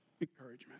encouragement